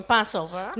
Passover